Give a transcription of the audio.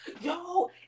Yo